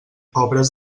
obres